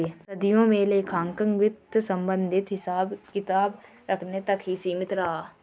सदियों से लेखांकन वित्त संबंधित हिसाब किताब रखने तक ही सीमित रहा